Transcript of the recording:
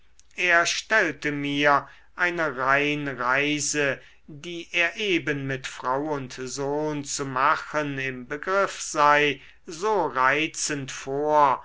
er stellte mir eine rheinreise die er eben mit frau und sohn zu machen im begriff sei so reizend vor